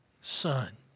son